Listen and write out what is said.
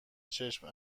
چشم